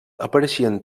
apareixen